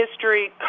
history